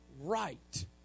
right